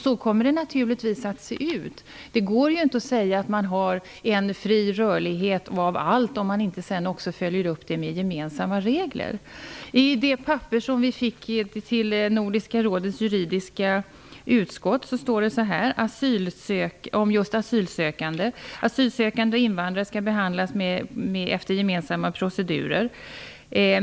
Så kommer det naturligtvis att bli. Det går ju inte att säga att man har en fri rörlighet av allt, om man inte sedan också följer upp med gemensamma regler. I det papper som vi fick till Nordiska rådets juridiska utskott står följande om just asylsökande: Asylsökande och invandrare skall behandlas efter gemensamma procedurer.